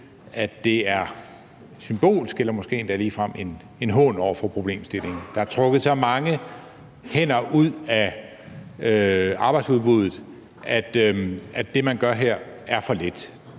at det er symbolsk eller måske endda ligefrem en hån over for problemstillingen. Der er trukket så mange hænder ud af arbejdsudbuddet, at det, man gør her, er for lidt.